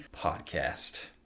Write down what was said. podcast